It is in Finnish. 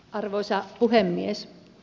arvoisa puhemies